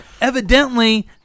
evidently